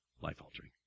life-altering